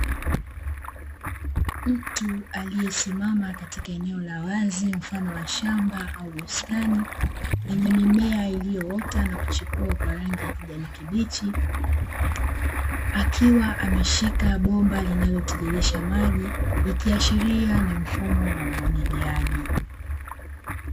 Mtu aliyesimama katika eneo la wazi mfano wa shamba au bustani lenye mimea iliyoota na kuchipua kwa rangi ya kijani kibichi akiwa ameshika bomba linalotiririsha maji ikiashiria ni mfumo wa umwagiliaji.